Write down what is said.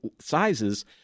sizes